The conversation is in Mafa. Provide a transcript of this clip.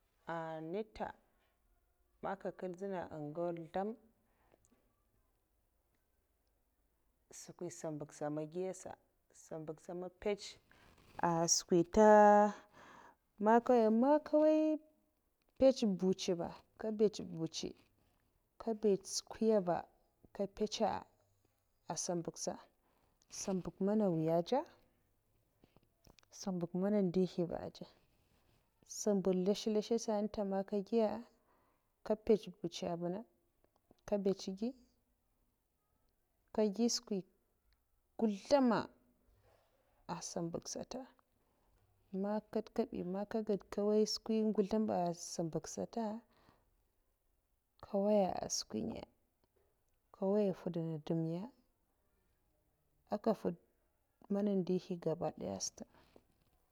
niya nte man nka nkwal ndzina an gau nzlem skwi sambak sa man eh giya sa, sambak sa an mpece'ah skwi nta man nka nwoya npetce mbutcha ba, nka mpece mbutcha, nka mbets skwiya'ba nka mpece a sambak'sa, sambak mana mwiya aza sambak mana ndihiya ba aza' sambak nlesh nlesha sa nte man nka giya'a nka mpece mbutcha avunnah nka mpece giu. nka giu skwin gudam'a sambak sata man katkabi man ka gad nka nwoiya skwi nguldam a sambak sata nka nwaiya'n skwi ngaya nka nwaiya nfuda mudam'ngaya n'nka nfwud mana ndihi gabadaya sata.